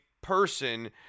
person